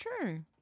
true